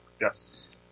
Yes